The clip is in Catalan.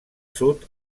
sud